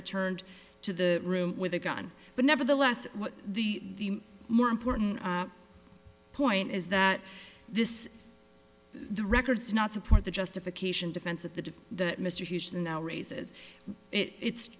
returned to the room with a gun but never the less the more important point is that this the records not support the justification defense that the that mr houston now raises it i